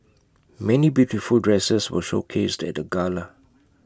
many beautiful dresses were showcased at the gala